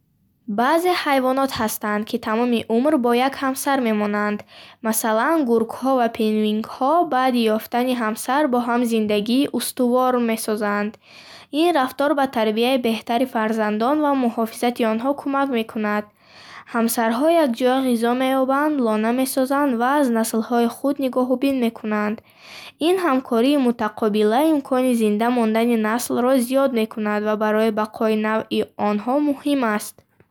Баъзе ҳайвонот ҳастанд, ки тамоми умр бо як ҳамсар мемонанд. Масалан, гургҳо ва пингвинҳо баъди ёфтани ҳамсар бо ҳам зиндагии устувор месозанд. Ин рафтор ба тарбияи беҳтари фарзандон ва муҳофизати онҳо кӯмак мекунад. Ҳамсарҳо якҷоя ғизо меёбанд, лона месозанд ва аз наслҳои худ нигоҳубин мекунанд. Ин ҳамкории мутақобила имкони зинда мондани наслро зиёд мекунад ва барои бақои навъи онҳо муҳим аст.